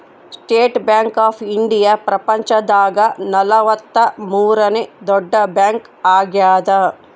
state Bank of India ಪ್ರಪಂಚ ದಾಗ ನಲವತ್ತ ಮೂರನೆ ದೊಡ್ಡ ಬ್ಯಾಂಕ್ ಆಗ್ಯಾದ